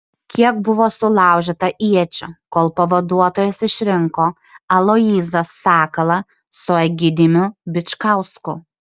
kiek buvo sulaužyta iečių kol pavaduotojas išrinko aloyzą sakalą su egidijumi bičkausku